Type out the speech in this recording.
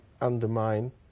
undermine